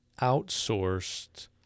outsourced